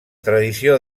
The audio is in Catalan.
tradició